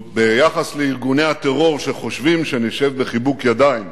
ביחס לארגוני הטרור שחושבים שנשב בחיבוק ידיים